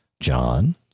John